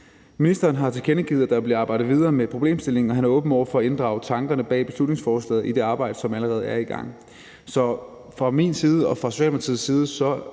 Ministeren har tilkendegivet, at der bliver arbejdet videre med problemstillingen, og at han er åben over for at inddrage tankerne bag beslutningsforslaget i det arbejde, der allerede er i gang. Så fra min side og fra Socialdemokratiets side